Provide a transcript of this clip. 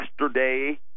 yesterday